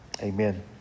Amen